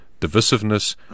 divisiveness